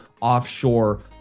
offshore